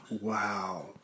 Wow